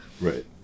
Right